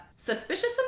Suspicious